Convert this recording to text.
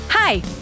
Hi